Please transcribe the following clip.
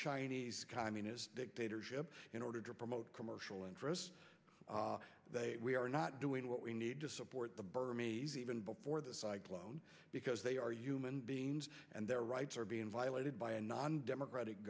chinese communist dictatorship in order to promote commercial interests we are not doing what we need to support the berm ease even before this i clone because they are human beings and their rights are being violated by a non democratic